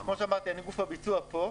כמו שאמרתי, אני גוף הביצוע פה.